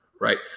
right